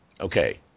okay